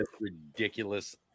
ridiculous